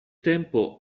tempo